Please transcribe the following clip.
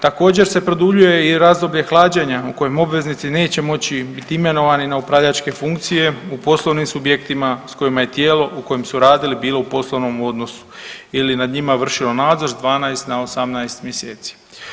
Također se produljuje i razdoblje hlađenja u kojem obveznici neće moći biti imenovani na upravljačke funkcije u poslovnim subjektima s kojima je tijelo u kojem su radili bilo u poslovnom odnosu ili nad njima vršilo nadzor 12 na 18 mjeseci.